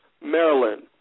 Maryland